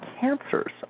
cancers